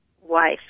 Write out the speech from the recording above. wife